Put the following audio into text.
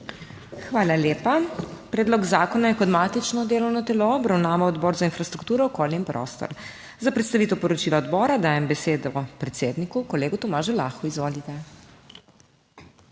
Hvala lepa. Predlog zakona je kot matično delovno telo obravnaval Odbor za infrastrukturo, okolje in prostor. Za predstavitev poročila odbora dajem besedo predsedniku, kolegu Tomažu Lahu, izvolite.